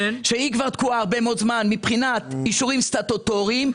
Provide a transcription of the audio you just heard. התוכנית תקועה כבר הרבה מאוד זמן מבחינת אישורים סטטוטוריים.